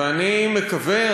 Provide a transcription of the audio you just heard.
ואני מקווה,